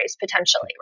potentially